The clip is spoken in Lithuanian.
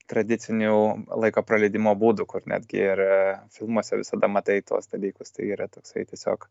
tradicinių laiko praleidimo būdų kur netgi ir filmuose visada matai tuos dalykus tai yra toksai tiesiog